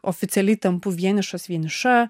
oficialiai tampu vienišas vieniša